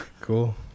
Cool